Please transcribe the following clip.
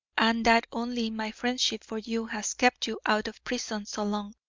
and that only my friendship for you has kept you out of prison so long.